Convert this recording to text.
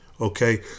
okay